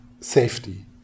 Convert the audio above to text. safety